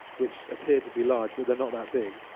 which appear to be large, but they're not that big.